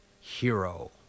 hero